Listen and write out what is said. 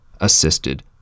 Assisted